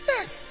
Yes